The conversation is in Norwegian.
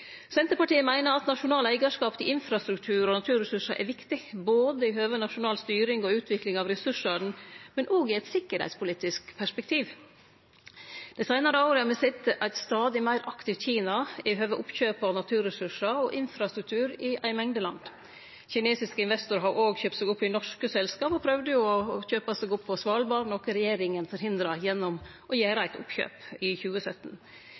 Senterpartiet meiner at nasjonal eigarskap til infrastruktur og naturressursar er viktig, både for nasjonal styring, for utvikling av ressursane og òg i eit tryggingspolitisk perspektiv. Dei seinare åra har me sett eit stadig meir aktivt Kina når det gjeld oppkjøp av naturressursar og infrastruktur i ei mengde land. Kinesiske investorar har òg kjøpt seg opp i norske selskap og prøvde jo å kjøpe seg opp på Svalbard, noko regjeringa forhindra gjennom å gjere eit oppkjøp, i 2017.